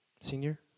senior